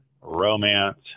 romance